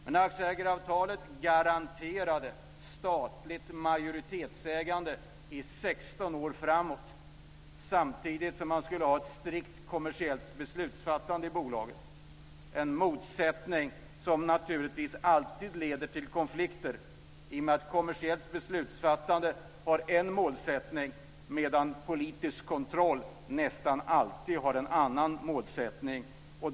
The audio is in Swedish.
Men aktieägaravtalet garanterade statligt majoritetsägande i 16 år framåt samtidigt som man skulle ha ett strikt kommersiellt beslutsfattande i bolaget, en motsättning som naturligtvis alltid leder till konflikter i och med att kommersiellt beslutsfattande har en målsättning medan politisk kontroll nästan alltid har en annan målsättning.